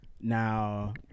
now